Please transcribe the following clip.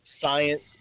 science